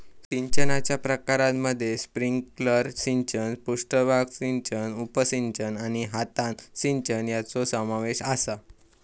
सिंचनाच्या प्रकारांमध्ये स्प्रिंकलर सिंचन, पृष्ठभाग सिंचन, उपसिंचन आणि हातान सिंचन यांचो समावेश आसा